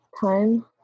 time